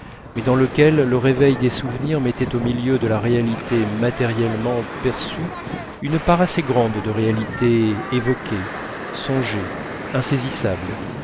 mais dans lequel le réveil des souvenirs mettait au milieu de la réalité matériellement perçue une part assez grande de réalité évoquée songée insaisissable